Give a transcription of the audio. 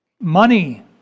money